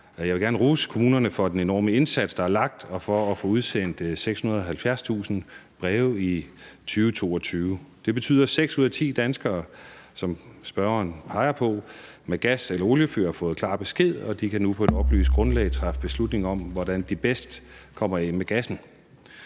Jeg vil gerne rose kommunerne for den enorme indsats, der er lagt, og for at have fået udsendt 670.000 breve i 2022. Det betyder, at seks ud af ti danskere – som spørgeren peger på – med gas eller oliefyr har fået klar besked, og de kan nu på et oplyst grundlag træffe beslutning om, hvordan de bedst kommer væk fra gassen.